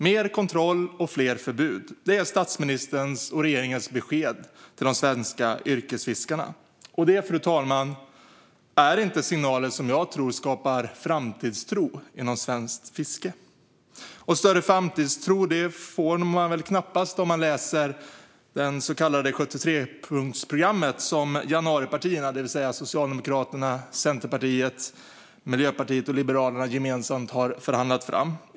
Mer kontroll och fler förbud - det är statsministerns och regeringens besked till de svenska yrkesfiskarna. Detta, fru talman, är inte signaler som jag tror skapar framtidstro inom svenskt fiske. Större framtidstro får man knappast heller om man läser det så kallade 73-punktsprogrammet som januaripartierna, det vill säga Socialdemokraterna, Centerpartiet, Miljöpartiet och Liberalerna, gemensamt har förhandlat fram.